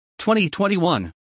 2021